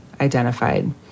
identified